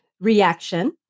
reaction